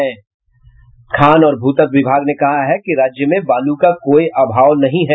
खान और भू तत्व विभाग ने कहा है कि राज्य में बालू का कोई अभाव नहीं है